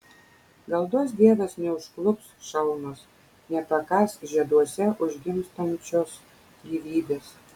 gal duos dievas neužklups šalnos nepakąs žieduose užgimstančios gyvybės